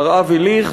מר אבי ליכט,